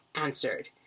answered